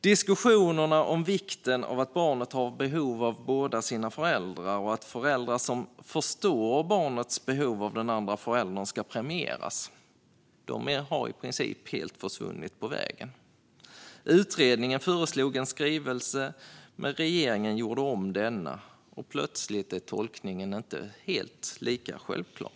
Diskussionerna om vikten av barnets behov av båda sina föräldrar och om att föräldrar som förstår barnets behov av den andra föräldern ska premieras har i princip helt försvunnit på vägen. Utredningen föreslog en skrivning, men regeringen gjorde om denna och plötsligt är tolkningen inte lika självklar.